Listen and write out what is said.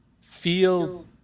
feel